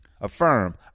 Affirm